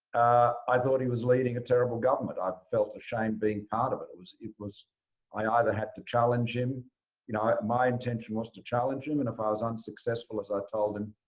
i thought he was leading a terrible government. i felt ashamed being part of it. it was it was i i either had to challenge him you know my intention was to challenge him. and if i was unsuccessful, as i told him,